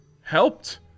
helped